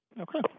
Okay